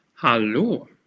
Hallo